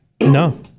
No